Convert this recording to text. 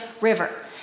River